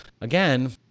again